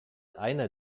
einer